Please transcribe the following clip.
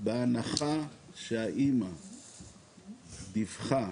בהנחה שהאמא דיווחה